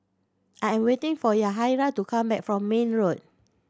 I am waiting for Yahaira to come back from Mayne Road